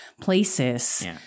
places